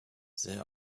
there